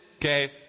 okay